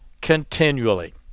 continually